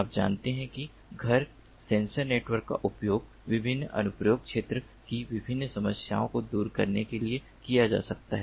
आप जानते हैं कि घर सेंसर नेटवर्क का उपयोग विभिन्न अनुप्रयोग क्षेत्र की विभिन्न समस्याओं को दूर करने के लिए किया जा सकता है